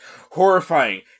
horrifying